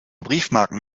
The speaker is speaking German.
briefmarken